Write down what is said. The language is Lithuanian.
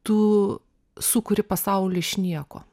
tu sukuri pasaulį iš nieko